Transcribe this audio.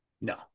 No